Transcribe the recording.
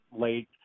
late